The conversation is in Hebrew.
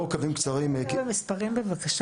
קווים קצרים כי --- אפשר לדבר במספרים בבקשה?